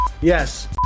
Yes